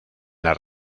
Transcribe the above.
las